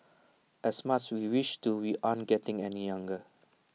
as much we wish to we aren't getting any younger